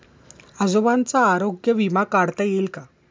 आजोबांचा आरोग्य विमा काढता येईल का?